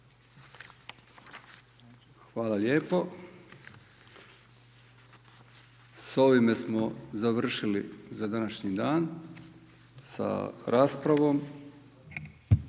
Hvala lijepo. S ovime smo završili za današnji dan sa raspravom.